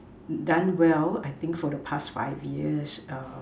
done well I think for the past five years err